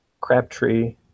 Crabtree